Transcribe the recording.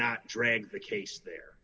not drag the case there